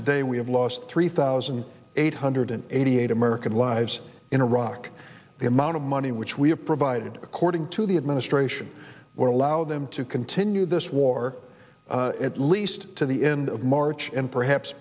today we have lost three thousand eight hundred eighty eight american lives in iraq the amount of money which we have provided according to the administration were allow them to continue this war at least to the end of march and perhaps